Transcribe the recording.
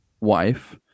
wife